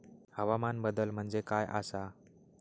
हवामान बदल म्हणजे काय आसा?